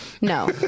No